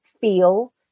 feel